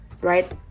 right